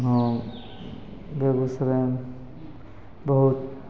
हँ बेगूसरायमे बहुत